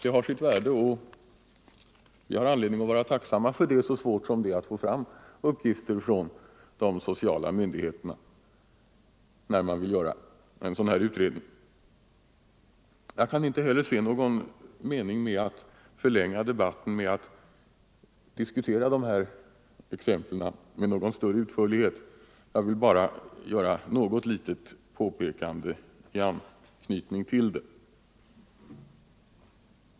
Det har sitt värde, och vi har anledning att vara tacksamma för det, så svårt som det är att få fram uppgifter från de sociala myndigheterna när man vill göra en sådan här utredning. Jag kan inte heller se någon mening medänatt förlänga debatten genom att diskutera dessa exempel med någon större utförlighet. Jag vill bara göra något litet påpekande i anknytning till dem.